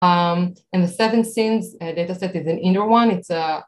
And the seven sins data set is an inner one, it's a...